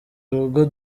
urugo